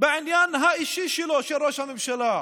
בעניין האישי שלו, של ראש הממשלה,